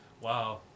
wow